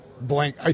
blank